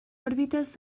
òrbites